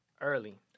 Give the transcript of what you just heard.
Early